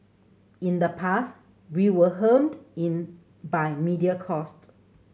in the past we were hemmed in by media cost